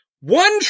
One